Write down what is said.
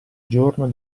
giorno